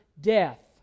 death